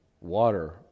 water